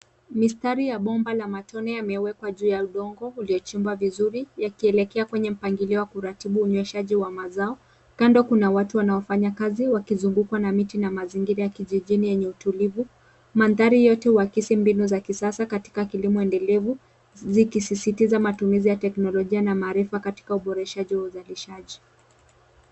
Mistari ya bomba la matone yamewekwa juu ya udongo uliochimbwa vizuri yakielekea kwenye mpangilio wa kuratibu unyweshaji wa mazao, kando kuna watu wanaofanya kazi wakizungukwa na miti na mazingira ya kijijini yenye utulivu. Mandhari yote huakisi mbinu za kisasa katika kilimo endelevu zikisisitiza matumizi ya teknolojia na maarifa katika uboreshaji wa uzalishaji.